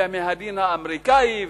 ומהדין האמריקני,